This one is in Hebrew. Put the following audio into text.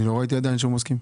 אני לא ראיתי עדיין שהוא מסכים.